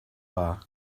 dda